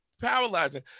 paralyzing